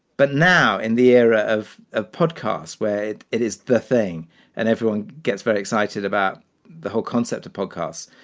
but now in the era of a podcast where it is the thing and everyone gets very excited about the whole concept of podcasts,